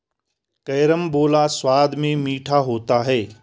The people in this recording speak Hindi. कैरमबोला स्वाद में मीठा होता है